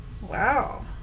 Wow